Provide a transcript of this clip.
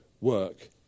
work